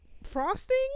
frosting